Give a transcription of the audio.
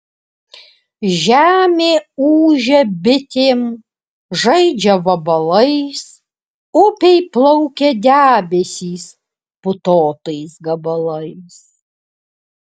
žemė ūžia bitėm žaidžia vabalais upėj plaukia debesys putotais gabalais